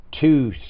two